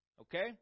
Okay